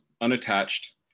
unattached